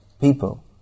people